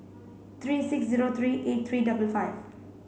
three six zero three eight three double five